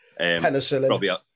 Penicillin